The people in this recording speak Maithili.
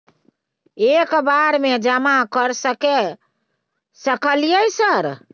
एक बार में जमा कर सके सकलियै सर?